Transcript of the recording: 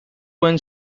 won